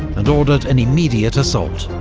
and ordered an immediate assault.